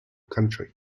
country